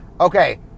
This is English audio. okay